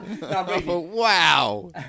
wow